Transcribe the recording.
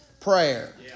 prayer